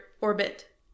orbit